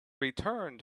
returned